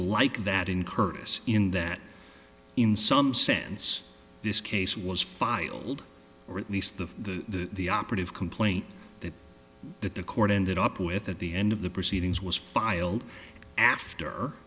like that in curtis in that in some sense this case was filed or at least the operative complaint that that the court ended up with at the end of the proceedings was filed after